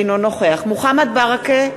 אינו נוכח מוחמד ברכה,